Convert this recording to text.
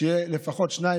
שיהיו לפחות שניים,